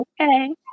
Okay